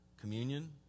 communion